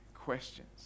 questions